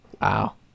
Wow